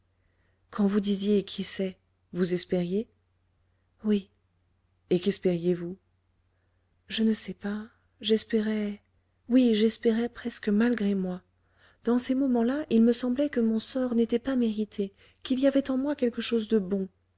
quand vous disiez qui sait vous espériez oui et quespériez vous je ne sais pas j'espérais oui j'espérais presque malgré moi dans ces moments-là il me semblait que mon sort n'était pas mérité qu'il y avait en moi quelque chose de bon